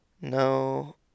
No